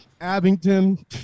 Abington